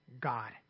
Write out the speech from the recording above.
God